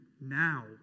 now